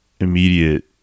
immediate